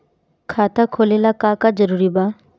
खाता खोले ला का का जरूरी बा?